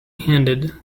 handed